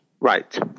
Right